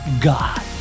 God